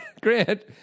Grant